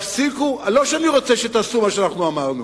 לא שאני רוצה שתעשו מה שאנחנו אמרנו,